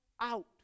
out